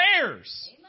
prayers